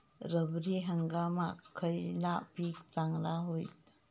रब्बी हंगामाक खयला पीक चांगला होईत?